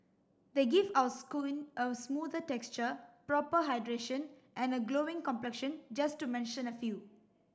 they give our a smoother texture proper hydration and a glowing complexion just to mention a few